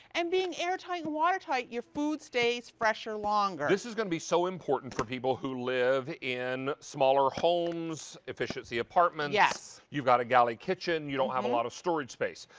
and being airtight and watertight, your food stays fresher longer. this is going to be so important for people who live in smaller homes, efficiency apartments. yes. you've got a galley kitchen, you don't have a lot of storage space.